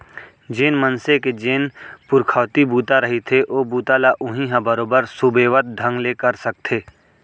जेन मनसे के जेन पुरखउती बूता रहिथे ओ बूता ल उहीं ह बरोबर सुबेवत ढंग ले कर सकथे